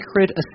sacred